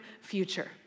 future